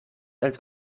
als